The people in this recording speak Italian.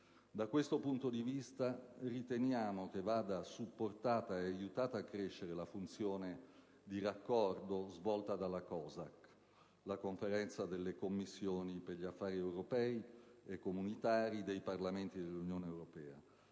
Da questo punto di vista, riteniamo che vada supportata ed aiutata a crescere la funzione di raccordo svolta dalla COSAC, la Conferenza degli organismi specializzati negli affari europei e comunitari dei Parlamenti dell'Unione europea.